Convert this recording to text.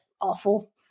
awful